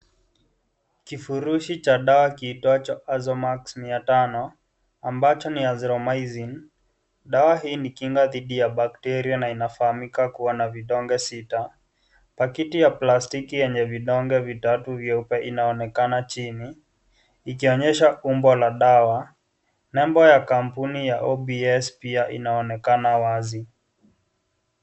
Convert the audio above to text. Kifurushi cha dawa kiitwacho Azomax mia tano ambacho ni Azithromycin, dawa hii ni kinga dhidhi ya bakiteria na inafahamika kuwa na vidonge sita pakiti ya palsitiki yenye vidonge vitatu vyeupe inaonekana chini ikionyesha umbo la dawa nembo ya kampuni ya OPS pia inaonekana wazi.